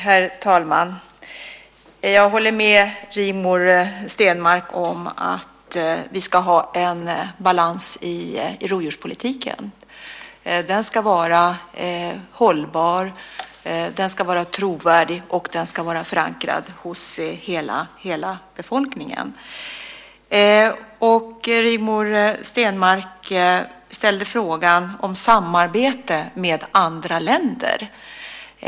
Herr talman! Jag håller med Rigmor Stenmark om att vi ska ha en balans i rovdjurspolitiken. Den ska vara hållbar, den ska vara trovärdig, och den ska vara förankrad hos hela befolkningen. Rigmor Stenmark ställde en fråga om samarbete med andra länder.